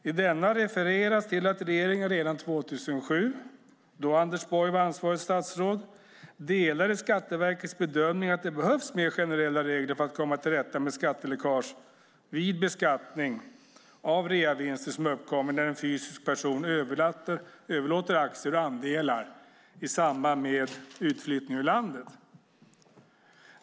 I denna refereras till att regeringen redan 2007, då Anders Borg var ansvarigt statsråd, delade Skatteverkets bedömning att det behövs mer generella regler för att komma till rätta med skatteläckage vid beskattning av reavinster som uppkommer när en fysisk person överlåter aktier och andelar i samband med utflyttning ur landet.